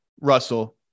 Russell